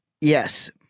Yes